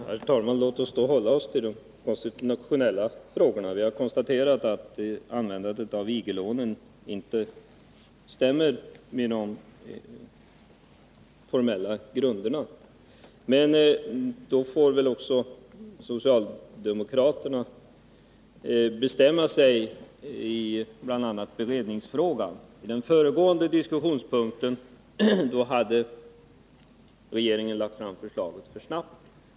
Herr talman! Låt oss då hålla oss till de konstitutionella frågorna. Vi har konstaterat att användandet av IG-lånen inte stämmer med de formella grunderna. Men då får väl också socialdemokraterna bestämma sig i bl.a. Nr 145 beredningsfrågan. Onsdagen den Kritiken på den förra punkten gällde att regeringen hade lagt fram 20 maj 1981 förslaget för snabbt.